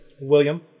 William